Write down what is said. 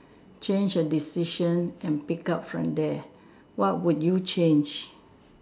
change a decision and pick up from there what would you change